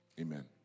Amen